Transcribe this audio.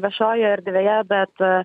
viešojoj erdvėje bet